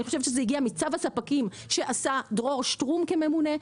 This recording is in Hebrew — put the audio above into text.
אני חושבת שזה הגיע מצו הספקים שעשה דרור שטרום שהיה כממונה,